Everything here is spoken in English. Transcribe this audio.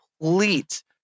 complete